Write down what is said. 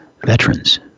veterans